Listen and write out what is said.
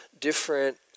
different